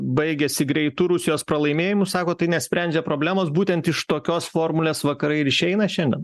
baigėsi greitu rusijos pralaimėjimu sako tai nesprendžia problemos būtent iš tokios formulės vakarai ir išeina šiandien